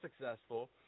successful